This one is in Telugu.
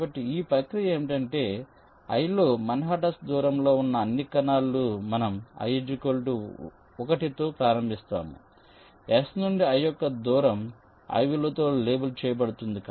కాబట్టి ఈ ప్రక్రియ ఏమిటంటే i లో మాన్హాటన్ దూరంలో ఉన్న అన్ని కణాలు మనం i 1 తో ప్రారంభిస్తాము S నుండి i యొక్క దూరం i విలువతో లేబుల్ చేయబడుతుంది